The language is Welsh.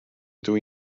ydw